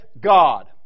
God